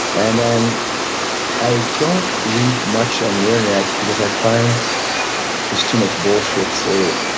and then i don't read much on the internet because i find it's too much bullshit. so